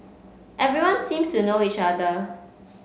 everyone seems to know each other